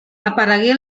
aparegué